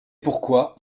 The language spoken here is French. pourquoi